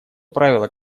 правило